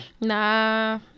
Nah